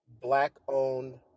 black-owned